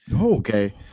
Okay